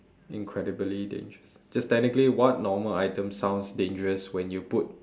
incredibly dangerous just technically what normal item sounds dangerous when you put